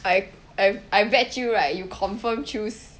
I I I bet you right you confirm choose